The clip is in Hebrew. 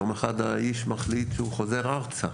יום אחד האיש מחליט שהוא חוזר ארצה